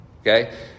Okay